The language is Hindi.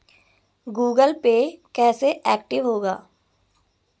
गूगल पे कैसे एक्टिव होगा?